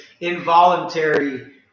involuntary